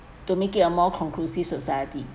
to make it a more conclusive society